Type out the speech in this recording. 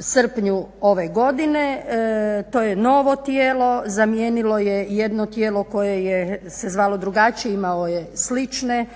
srpnju ove godine. To je novo tijelo, zamijenilo je jedno tijelo koje se zvalo drugačije, imalo je sličan